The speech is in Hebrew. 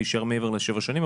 להישאר מעבר לשבע שנים,